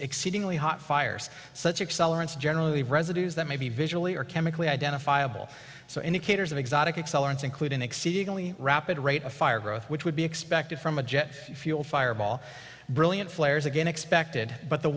exceedingly hot fires such accelerants generally residues that maybe visually are chemically identifiable so indicators of exotic accelerants include an exceedingly rapid rate of fire growth which would be expected from a jet fuel fireball brilliant flares again expected but the